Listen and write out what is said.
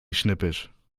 schnippisch